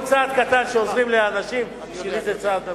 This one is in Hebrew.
כל צעד קטן שעוזרים לאנשים, בשבילי זה צעד מבורך.